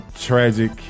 Tragic